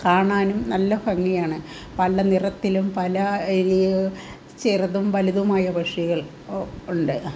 കാണാനും നല്ല ഭംഗിയാണ് പല നിറത്തിലും പല ചെറുതും വലുതുമായ പക്ഷികൾ ഉണ്ട്